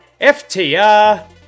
FTR